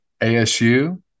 ASU